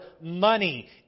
money